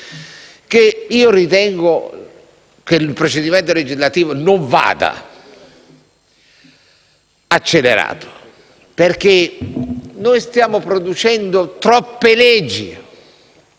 ritengo che il procedimento legislativo non vada accelerato, perché stiamo producendo troppe leggi.